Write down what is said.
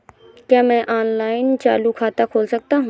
क्या मैं ऑनलाइन चालू खाता खोल सकता हूँ?